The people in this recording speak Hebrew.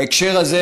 בהקשר הזה,